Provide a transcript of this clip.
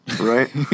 right